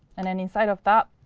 and then inside of that,